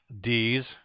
D's